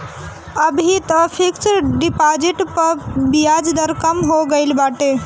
अबही तअ fix deposit पअ बियाज दर कम हो गईल बाटे